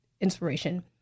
inspiration